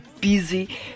busy